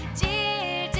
dear